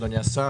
אדוני השר,